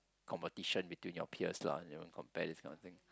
competition between your peers lah and you compare this kind of thing